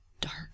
dark